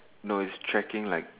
no is tracking like